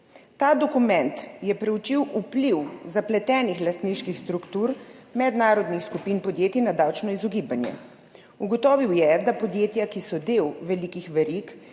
Ta dokument je preučil vpliv zapletenih lastniških struktur mednarodnih skupin podjetij na davčno izogibanje. Ugotovil je, da podjetja, ki so del velikih verig,